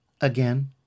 Again